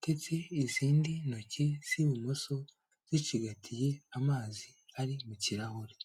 ndetse izindi ntoki z'ibumoso, zicigatiye amazi ari mu kirahure.